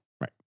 Right